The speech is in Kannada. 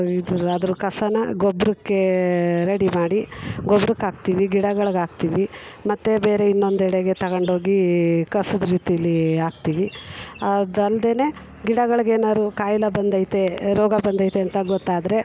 ಇದು ಅದ್ರ ಕಸನ ಗೊಬ್ಬರಕ್ಕೆ ರೆಡಿ ಮಾಡಿ ಗೊಬ್ರಕ್ಕೆ ಹಾಕ್ತೀವಿ ಗಿಡಗಳಿಗೆ ಹಾಕ್ತೀವಿ ಮತ್ತೆ ಬೇರೆ ಇನ್ನೊಂದೆಡೆಗೆ ತಗೊಂಡು ಹೋಗಿ ಕಸದ ರೀತಿಲಿ ಹಾಕ್ತೀವಿ ಅದು ಅಲ್ಲದೇನೆ ಗಿಡಗಳಿಗೆ ಏನಾದ್ರು ಕಾಯಿಲೆ ಬಂದೈತೆ ರೋಗ ಬಂದೈತೆ ಅಂತ ಗೊತ್ತಾದರೆ